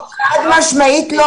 חד-משמעית לא.